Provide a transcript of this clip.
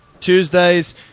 Tuesdays